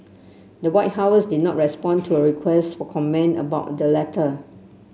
the White House did not respond to a request for comment about the letter